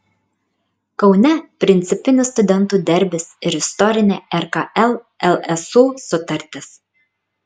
kaune principinis studentų derbis ir istorinė rkl lsu sutartis